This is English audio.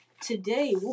Today